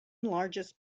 largest